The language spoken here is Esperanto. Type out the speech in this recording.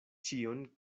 ĉion